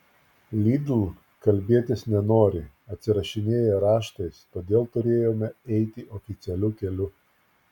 lidl kalbėtis nenori atsirašinėja raštais todėl turėjome eiti oficialiu keliu